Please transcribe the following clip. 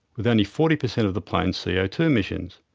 with only forty per cent of the plane's c o two emissions.